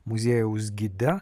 muziejaus gide